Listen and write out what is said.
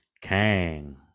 kang